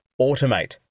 automate